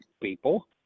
people